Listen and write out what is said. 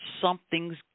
Something's